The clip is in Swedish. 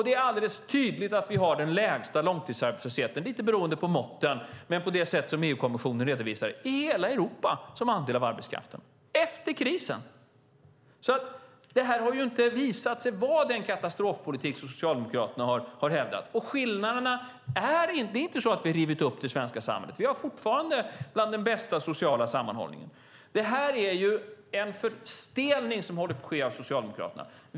Det är alldeles tydligt att vi har den lägsta långtidsarbetslösheten, lite beroende på måtten men på det sätt som EU-kommissionen redovisar, i hela Europa som andel av arbetskraften - efter krisen. Detta har inte visat sig vara den katastrofpolitik som Socialdemokraterna har hävdat. Vi har inte rivit upp det svenska samhället. Vi är fortfarande bland de länder som har den bästa sociala sammanhållningen. Detta är en förstelning som håller på att ske av Socialdemokraterna.